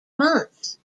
months